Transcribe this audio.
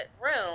room